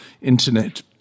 internet